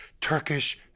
Turkish